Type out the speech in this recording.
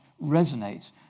resonate